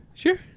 sure